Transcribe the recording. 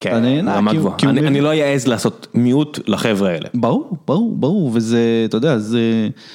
אני לא יעז לעשות מיעוט לחברה האלה. ברור, ברור, וזה, אתה יודע, זה...